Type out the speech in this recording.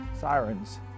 sirens